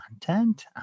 content